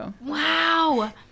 Wow